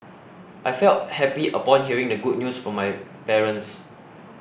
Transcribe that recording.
I felt happy upon hearing the good news from my parents